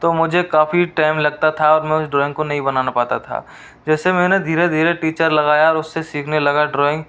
तो मुझे काफ़ी टाइम लगता था और मैं उस ड्राॅइंग को नहीं बनाना पाता था जैसे मैंने धीरे धीरे टीचर लगाया उससे सीखने लगा ड्राॅइंग